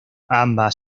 ambas